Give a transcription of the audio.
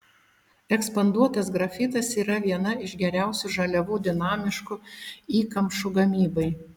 ekspanduotas grafitas yra viena iš geriausių žaliavų dinamiškų įkamšų gamybai